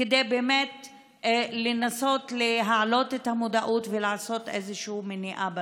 כדי באמת לנסות להעלות את המודעות ולעשות איזושהי מניעה בנושא.